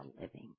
living